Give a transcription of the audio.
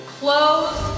close